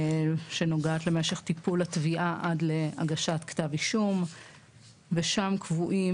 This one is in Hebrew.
שנוגעת למשך טיפול התביעה עד להגשת כתב אישום ושם קבועים